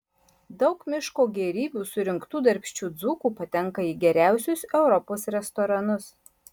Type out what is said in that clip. daug miško gėrybių surinktų darbščių dzūkų patenka į geriausius europos restoranus